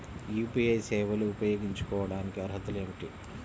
UPI సేవలు ఉపయోగించుకోటానికి అర్హతలు ఏమిటీ?